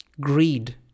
greed